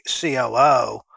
COO